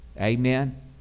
Amen